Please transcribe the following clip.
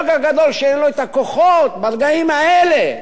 כל כך גדול, שאין לו הכוחות, ברגעים האלה,